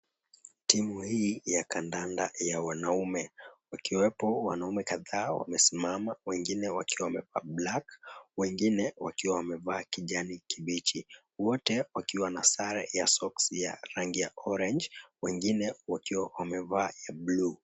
Timu hii ya kandanda ya wanaume, ikiwepo wanaume kadhaa wamesimama wengine wakiwa wamevaa black , wengine wakiwa wamevaa kijani kibichi. Wote, wakiwa na sare ya socks ya rangi ya orange , wengine wakiwa wamevaa ya blue .